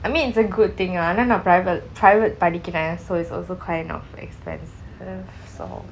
I mean it's a good thing ah ஆனால் நான்:aanaal naan private private படிக்கிறேன்:padikiraen so it's also kind of expensive so